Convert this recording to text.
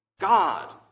God